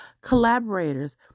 collaborators